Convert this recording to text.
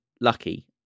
lucky